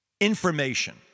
Information